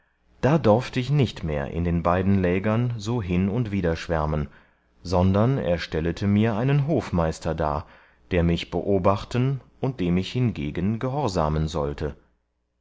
da dorft ich nicht mehr in den beiden lägern so hin und wieder schwärmen sondern er stellete mir einen hofmeister dar der mich beobachten und dem ich hingegen gehorsamen sollte